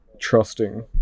trusting